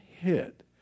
hit